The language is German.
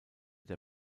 der